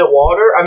water